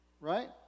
Right